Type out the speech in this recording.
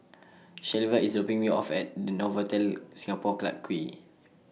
Shelva IS dropping Me off At Novotel Singapore Clarke Quay